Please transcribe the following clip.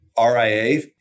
RIA